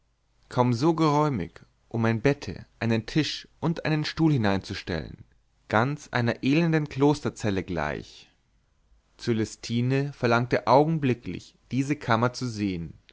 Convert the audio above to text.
kaum so geräumig um ein bette einen tisch und einen stuhl hineinzustellen ganz einer elenden klosterzelle gleich cölestine verlangte augenblicklich diese kammer zu sehen